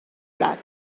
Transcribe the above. blat